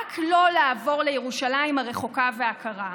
רק לא לעבור לירושלים הרחוקה והקרה.